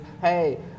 hey